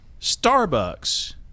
Starbucks